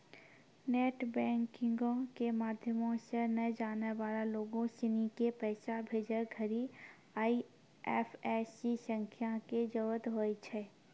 net बैंकिंगो के माध्यमो से नै जानै बाला लोगो सिनी के पैसा भेजै घड़ि आई.एफ.एस.सी संख्या के जरूरत होय छै